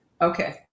Okay